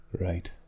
Right